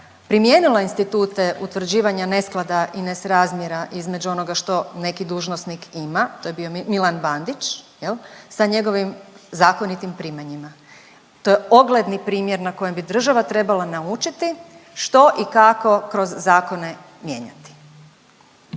primijenila Institute utvrđivanja nesklada i nesrazmjera između onoga što neki dužnosnik ima. To je bio Milan Bandić, jel' sa njegovim zakonitim primanjima. To je ogledni primjer na kojem bi država trebala naučiti što i kako kroz zakone mijenjati.